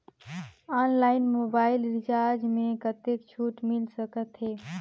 Online mobile recharge मे कतेक छूट मिल सकत हे?